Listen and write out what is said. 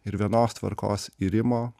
ir vienos tvarkos irimo